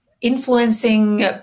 influencing